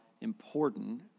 important